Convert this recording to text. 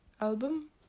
album